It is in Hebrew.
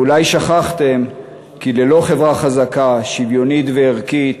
ואולי שכחתם כי ללא חברה חזקה, שוויונית וערכית